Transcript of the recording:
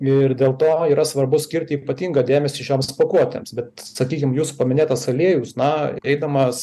ir dėl to yra svarbu skirti ypatingą dėmesį šioms pakuotėms bet sakykim jūs paminėtas aliejus na eidamas